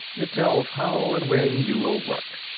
it tells how and when you will work.